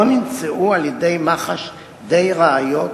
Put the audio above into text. לא נמצאו על-ידי מח"ש די ראיות